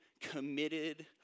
committed